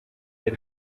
rwe